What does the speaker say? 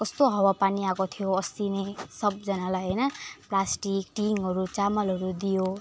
कस्तो हवा पानी आएको थियो अस्ति नै सबजनालाई होइन प्लास्टिक टिनहरू चामलहरू दियो